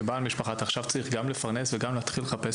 כבעל משפחה אתה צריך גם לפרנס וגם להתחיל לחפש